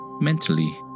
mentally